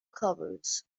covers